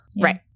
Right